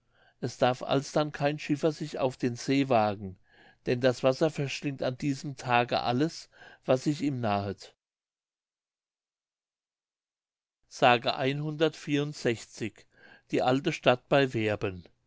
es darf alsdann kein schiffer sich auf den see wagen denn das wasser verschlingt an diesem tage alles was sich ihm nahet die alte stadt bei werben